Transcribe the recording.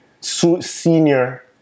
senior